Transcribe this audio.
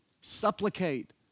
supplicate